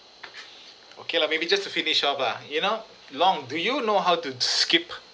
okay lah maybe just to finish off lah you know long do you know how to skip